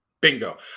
Bingo